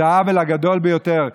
זה העוול הגדול ביותר.